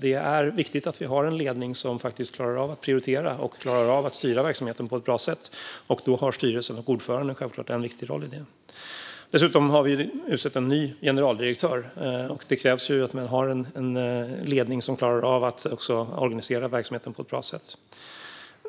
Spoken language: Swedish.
Det är viktigt att ha en ledning som klarar av att prioritera och styra verksamheten på ett bra sätt. I det har styrelsen och ordföranden självklart en viktig roll. Dessutom har vi utsett en ny generaldirektör. Det krävs också en ledning som klarar av att organisera verksamheten på ett bra sätt.